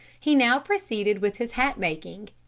he now proceeded with his hat-making.